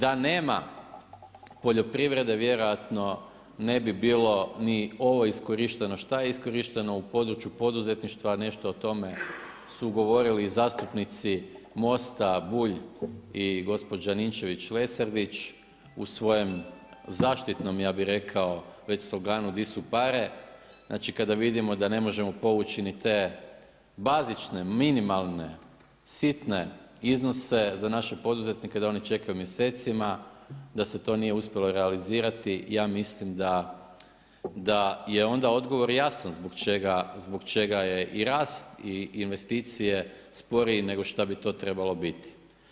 Da nema poljoprivrede vjerojatno ne bi bilo ni ovo iskorišteno šta je iskorišteno u području poduzetništva, nešto o tome su govorili i zastupnici MOST-a Bulj i gospođa Ninčević-Lesandrić u svojem zaštitnom sloganu di su pare kada vidimo da ne možemo povući ni te bazične, minimalne sitne iznose za naše poduzetnike da oni čekaju mjesecima, da se to nije uspjelo realizirati, ja mislim da je onda odgovor zbog čega je i rast i investicije sporiji nego što bi to trebalo biti.